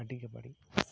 ᱟᱹᱰᱤ ᱜᱮ ᱵᱟᱹᱲᱤᱡ